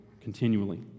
continually